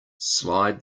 slide